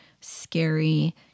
scary